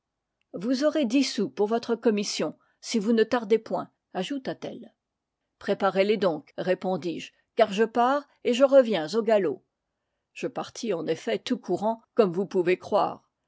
vous aurez dix sous pour votre commission sî vous ne tardez point ajouta-t-elle préparez les donc répondis je car je pars et je reviens au galop je partis en effet tout courant comme vous pouvez croire